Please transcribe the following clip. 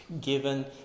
given